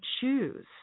choose